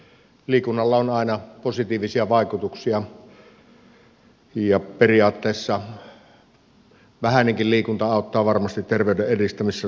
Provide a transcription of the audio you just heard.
liikunnalla on aina positiivisia vaikutuksia ja periaatteessa vähäinenkin liikunta auttaa varmasti terveyden edistämisessä tosi paljon